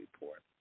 report